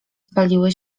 spaliły